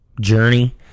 journey